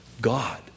God